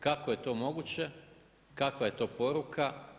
Kako je to moguće, kakva je to poruka?